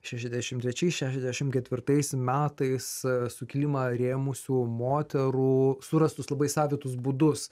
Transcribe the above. šešiasdešim trečiais šešiasdešim ketvirtais metais sukilimą rėmusių moterų surastus labai savitus būdus